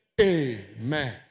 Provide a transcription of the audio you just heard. Amen